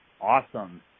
Awesome